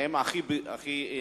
הם הכי נפגעים.